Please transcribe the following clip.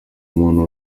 umuntu